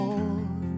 Lord